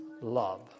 love